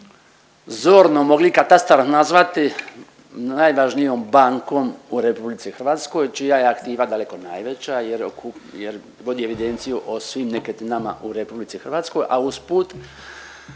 zorno mogli katastar nazvati najvažnijom bankom u RH, čija je aktiva daleko najveća jer vodi evidenciju o svim nekretninama u RH, a usput